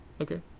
Okay